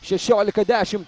šešiolika dešimt